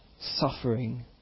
suffering